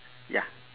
ya